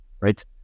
right